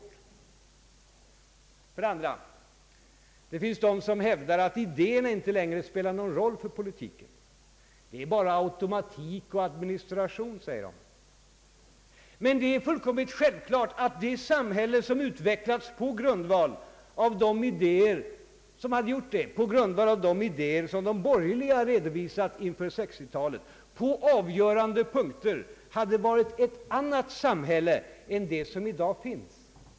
För det andra. Det finns de som hävdar att idéerna inte längre spelar någon roll för politiken. Det är bara automatik och administration, säger de. Det är fullkomligt självklart att det samhälle som utvecklats på grundval av de idéer som de borgerliga har redovisat inför 1960-talet på avgöran de punkter hade varit ett annat samhälle än det som i dag finns.